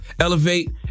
elevate